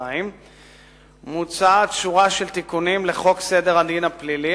2) מוצעת שורה של תיקונים לחוק סדר הדין הפלילי,